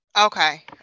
Okay